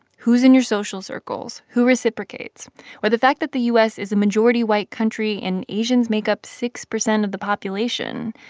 who's in your social circles, who reciprocates or the fact that the u s. is a majority-white country, and asians make up six percent of the population.